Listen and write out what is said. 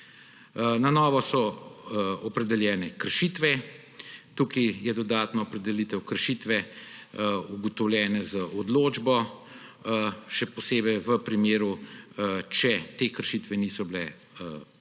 Na novo so opredeljene kršitve. Tukaj je dodatna opredelitev kršitve, ugotovljene z odločbo. Še posebej če te kršitve niso bile odpravljene,